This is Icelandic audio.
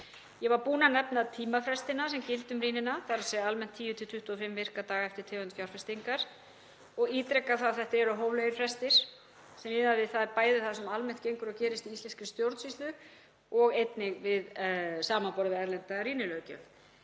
Ég var búin að nefna tímafrestina sem gilda um rýnina, þ.e. almennt 10–25 virka daga eftir tegund fjárfestingar, og ítreka að þetta eru hóflegir frestir sem miða bæði við það sem almennt gengur og gerist í íslenskri stjórnsýslu og einnig samanborið við erlenda rýnilöggjöf.